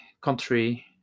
country